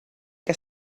que